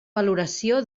valoració